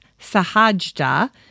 Sahajda